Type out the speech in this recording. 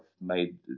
made